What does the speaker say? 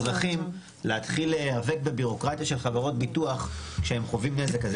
האזרחים להתחיל להיאבק בבירוקרטיה של חברות ביטוח כשהם חווים נזק כזה.